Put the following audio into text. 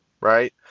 right